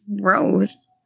Gross